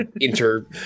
inter